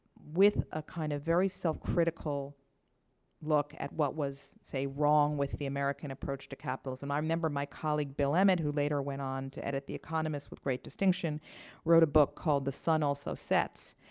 with a kind of very self-critical look at what was, say, wrong with the american approach to capitalism. i remember, my colleague bill emmett who later went on to edit the economist with great distinction wrote a book called the sun also sets,